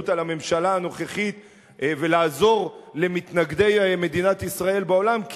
על הממשלה הנוכחית ולעזור למתנגדי מדינת ישראל בעולם,